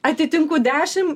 atitinku dešim